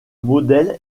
modèle